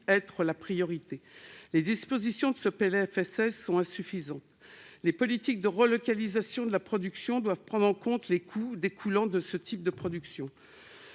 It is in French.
de la sécurité sociale pour 2022 sont insuffisantes. Les politiques de relocalisation de la production doivent prendre en compte les coûts découlant de ce type de production.